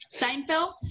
Seinfeld